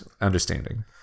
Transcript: understanding